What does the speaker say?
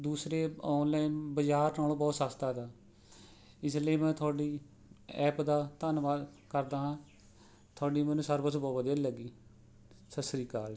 ਦੂਸਰੇ ਔਨਲਾਈਨ ਬਜ਼ਾਰ ਨਾਲੋਂ ਬਹੁਤ ਸਸਤਾ ਤਾ ਇਸ ਲਈ ਮੈਂ ਤੁਹਾਡੀ ਐਪ ਦਾ ਧੰਨਵਾਦ ਕਰਦਾ ਹਾਂ ਤੁਹਾਡੀ ਮੈਨੂੰ ਸਰਵਿਸ ਬਹੁਤ ਵਧੀਆ ਲੱਗੀ ਸਤਿ ਸ਼੍ਰੀ ਅਕਾਲ